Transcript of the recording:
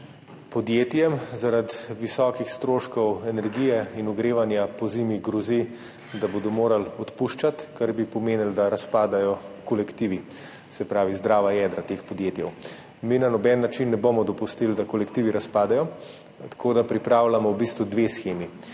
podjetjem zaradi visokih stroškov energije in ogrevanja pozimi grozi, da bodo morali odpuščati, kar bi pomenilo, da razpadajo kolektivi, se pravi zdrava jedra teh podjetij. Mi na noben način ne bomo dopustili, da kolektivi razpadejo, tako da pripravljamo v bistvu dve shemi.